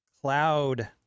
cloud